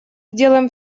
сделаем